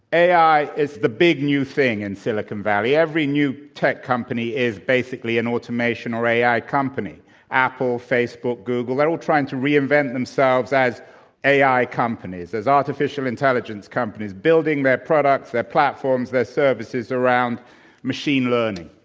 ai is the big new thing in silicon valley. every new tech company is basically an automation or ai company apple, facebook, google. they're all trying to reinvent themselves as ai companies, as artificial intelligence companies, building their products, their platforms, their services around machine learning.